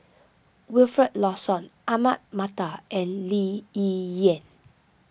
Wilfed Lawson Ahmad Mattar and Lee Yi Shyan